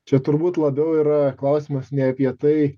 čia turbūt labiau yra klausimas ne apie tai